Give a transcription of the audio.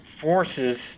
forces